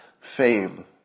fame